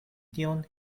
tion